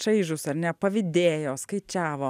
čaižūs ar ne pavydėjo skaičiavo